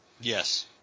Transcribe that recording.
Yes